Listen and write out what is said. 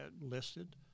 listed